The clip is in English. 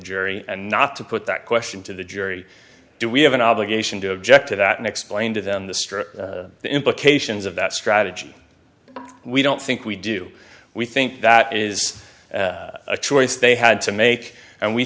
jury and not to put that question to the jury do we have an obligation to object to that and explain to them the strip implications of that strategy we don't think we do we think that is a choice they had to make and we